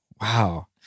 Wow